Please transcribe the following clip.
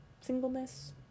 singleness